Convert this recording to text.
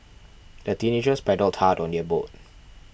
the teenagers paddled hard on their boat